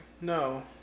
No